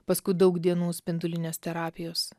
paskui daug dienų spindulinės terapijos